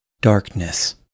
darkness